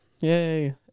yay